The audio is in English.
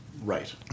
right